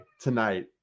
tonight